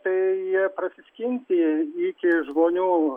tai prasiskinti iki žmonių